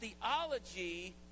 theology